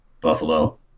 Buffalo